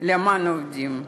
למען העובדים.